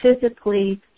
physically